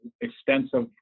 extensive